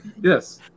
Yes